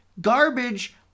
garbage